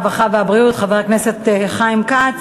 הרווחה והבריאות חבר הכנסת חיים כץ.